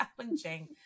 challenging